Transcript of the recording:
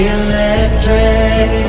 electric